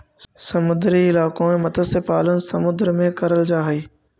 समुद्री इलाकों में मत्स्य पालन समुद्र में करल जा हई